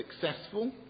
successful